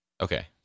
Okay